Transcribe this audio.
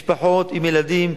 משפחות עם ילדים,